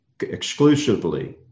exclusively